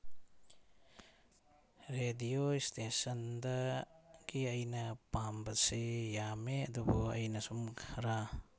radio ꯏꯁꯇꯦꯁꯟꯗꯒꯤ ꯑꯩꯅ ꯄꯥꯝꯕꯁꯤ ꯌꯥꯝꯃꯦ ꯑꯗꯨꯕꯨ ꯑꯩꯅ ꯁꯨꯝ ꯈꯔ